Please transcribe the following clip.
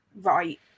right